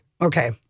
Okay